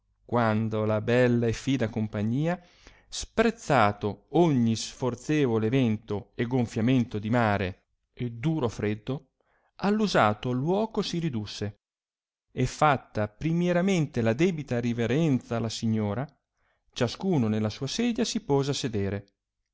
quando la bella e fida compagnia sprezzato ogni sforzevole vento e gonfiamento di mare e duro freddo all'usato luoco si ridusse e fatta primieramente la debita riverenza alla signora ciascuno nella sua sedia si pose a sedere